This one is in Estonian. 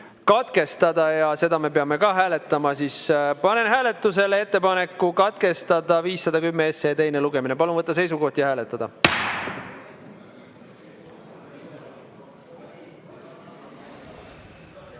Seda me peame ka hääletama. Panen hääletusele ettepaneku katkestada eelnõu 510 teine lugemine. Palun võtta seisukoht ja hääletada!